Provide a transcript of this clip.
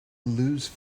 lose